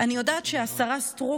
אני יודעת שהשרה סטרוק,